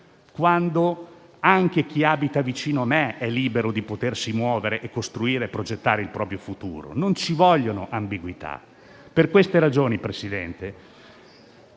quando anche chi abita vicino a me è libero di potersi muovere, costruire e progettare il proprio futuro. Non ci vogliono ambiguità. Lavoriamo dunque